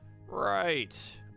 right